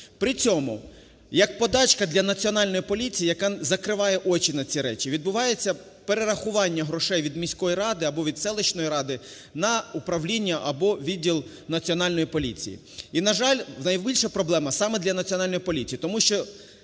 При цьому як подачка для Національної поліції, яка закриває очі на ці речі, відбувається перерахування грошей від міської ради або від селищної ради на управління або відділ Національної поліції. І, на жаль, найбільша проблема саме для Національної поліції. Тому що